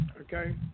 okay